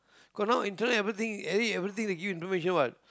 cause now internet everything any everything they give you information what